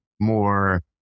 more